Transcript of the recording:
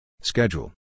Schedule